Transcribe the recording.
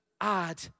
add